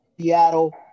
Seattle